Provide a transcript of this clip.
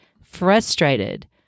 frustrated